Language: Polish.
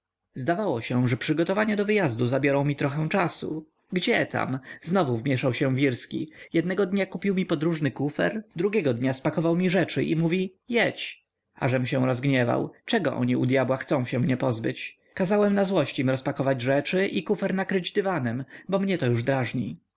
zdawało się że przygotowania do wyjazdu zabiorą mi trochę czasu gdzietam znowu wmięszał się wirski jednego dnia kupił mi podróżny kufer drugiego dnia spakował mi rzeczy i mówi jedź ażem się rozgniewał czego oni u dyabła chcą mnie się pozbyć kazałem na złość im rozpakować rzeczy i kufer nakryć dywanem bo mnie to już